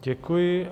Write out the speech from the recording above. Děkuji.